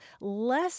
less